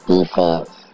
Defense